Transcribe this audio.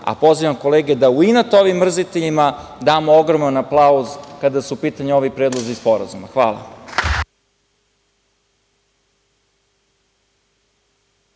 a pozivam kolege da u inat ovim mrziteljima, damo ogroman aplauz kada su u pitanju ovi predlozi sporazuma. Hvala.